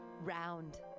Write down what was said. Round